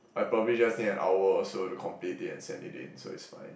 I probably just need an hour or so to complete it and send it in so it's fine